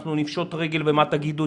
אנחנו נפשוט רגל ומה תגידו,